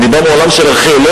אני בא מעולם של ארכיאולוגיה.